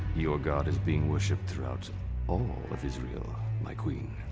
your god is being worshipped throughout all of israel, my queen.